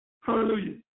Hallelujah